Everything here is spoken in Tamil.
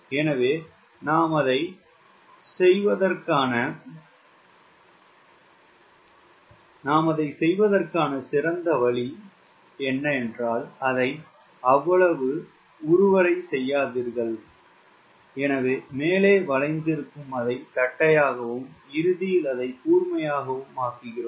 எனவே நாம் அதைச் செய்வதற்கான சிறந்த வழி என்ன அதை அவ்வளவு உருவறை செய்யாதீர்கள் எனவே மேலே வளைந்திருக்கும் அதை தட்டையாகவும் இறுதியில் அதை கூர்மையாகவும் ஆக்குகிறோம்